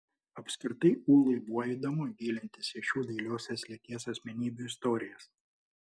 apskritai ūlai buvo įdomu gilintis į šių dailiosios lyties asmenybių istorijas